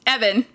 Evan